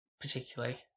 particularly